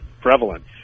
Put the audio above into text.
prevalent